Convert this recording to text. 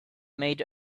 made